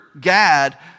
gad